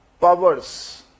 powers